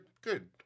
good